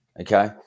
okay